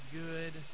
good